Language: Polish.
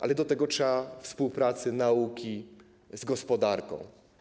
Ale do tego trzeba współpracy nauki z gospodarką.